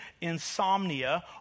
insomnia